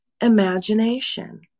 imagination